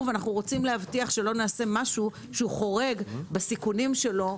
ואנחנו רוצים להבטיח שלא נעשה משהו שהוא חורג בסיכונים שלו,